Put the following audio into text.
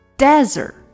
desert，